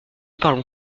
parlons